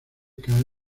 cae